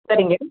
சரிங்க